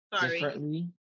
differently